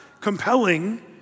compelling